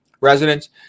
residents